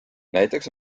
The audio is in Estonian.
näiteks